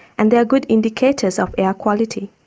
and they are good indicators of air quality.